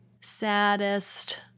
saddest